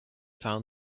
found